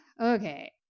Okay